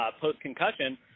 post-concussion